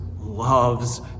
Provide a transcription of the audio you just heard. loves